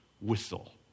whistle